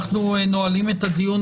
אנחנו נועלים את הדיון.